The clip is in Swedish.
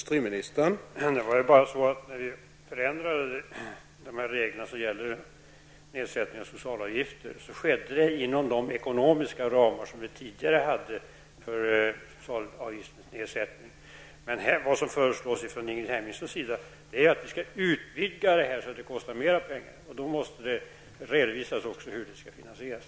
Herr talman! När vi förändrade reglerna för nedsättning av sociala avgifter, skedde det inom de ekonomiska ramar som vi tidigare hade för nedsättning av sociala avgifter. Ingrid Hemmingsson föreslår att stödet skall utvidgas. Men det kostar mera pengar, och då måste hon också redovisa hur det skall finansieras.